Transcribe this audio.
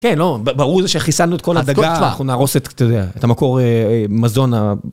כן, לא, ברור שחיסלנו את כל הדגה, אנחנו נהרוס את המקור, מזון ה...